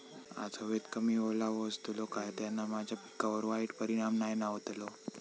आज हवेत कमी ओलावो असतलो काय त्याना माझ्या पिकावर वाईट परिणाम नाय ना व्हतलो?